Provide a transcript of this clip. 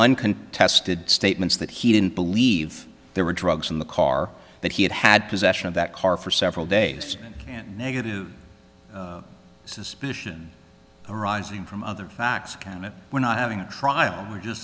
uncontested statements that he didn't believe there were drugs in the car that he had had possession of that car for several days and negative suspicion arising from other and it we're not having a trial we're just